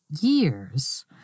years